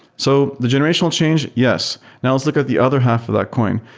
so the generational change, yes. now, let's look at the other half of that coin.